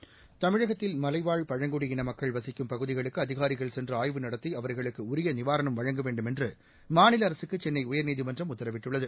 seconds தமிழகத்தில் மலைவாழ் பழங்குடி இன மக்கள் வசிக்கும் பகுதிகளுக்குஅதிகாரிகள் சென்றுஆய்வு நடத்திஅவா்களுக்குஉரியநிவாரணம் வழங்க வேண்டுமென்றுமாநிலஅரசுக்குசென்னைஉயா்நீதிமன்றம் உத்தரவிட்டுள்ளது